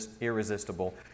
irresistible